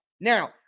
Now